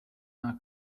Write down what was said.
our